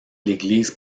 l’église